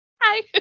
Hi